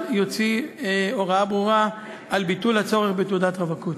יוציא הוראה ברורה על ביטול הצורך בתעודת רווקות.